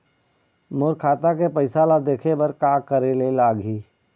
मोर खाता के पैसा ला देखे बर का करे ले लागही?